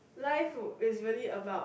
life would is really about